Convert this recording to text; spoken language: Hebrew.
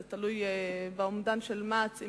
זה תלוי באומדן של מע"צ,